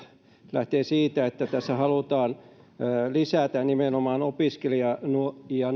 lähtee siitä että tässä halutaan lisätä nimenomaan opiskelija ja